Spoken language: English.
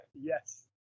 Yes